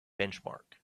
benchmark